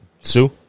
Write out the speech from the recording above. Sue